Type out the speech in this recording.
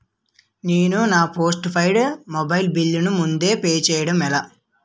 నేను నా postpaid mobile bill ముందే పే చేయడం ఎలా?